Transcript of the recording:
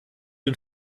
den